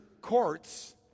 courts